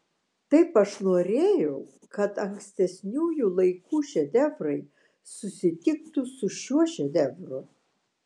taip aš norėjau kad ankstesniųjų laikų šedevrai susitiktų su šiuo šedevru